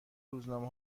روزنامه